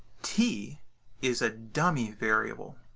t is a dummy variable.